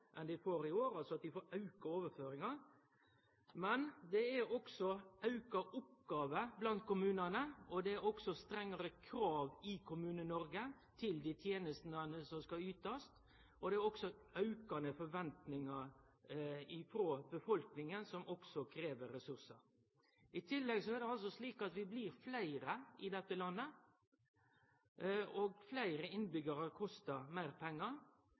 enn dei får i år – at dei altså får auka overføringar. Men det er også auka oppgåver i kommunane, det er strengare krav i Kommune-Noreg til dei tenestene som skal ytast, og det er aukande forventningar i befolkninga som også krev ressursar. I tillegg blir vi fleire i dette landet. Fleire innbyggjarar kostar meir pengar.